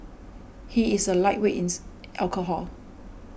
he is a lightweight ins alcohol